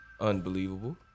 unbelievable